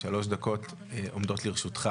שלוש דקות עומדות לרשותך,